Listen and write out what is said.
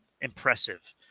impressive